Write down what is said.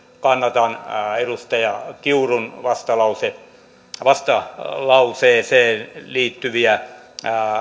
kannatan edustaja kiurun vastalauseeseen liittyviä